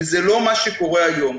וזה לא מה שקורה היום.